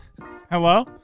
hello